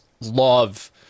love